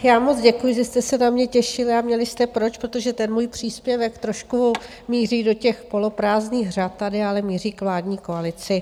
Já moc děkuji, že jste se na mě těšili a měli jste proč, protože ten můj příspěvek trošku míří do těch poloprázdných řad tady, ale míří k vládní koalici.